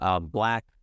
black